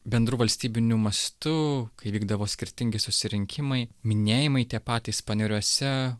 bendru valstybiniu mastu įvykdavo skirtingi susirinkimai minėjimai tie patys paneriuose